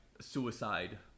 suicide